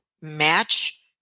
match